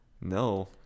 No